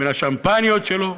מהשמפניות שלו,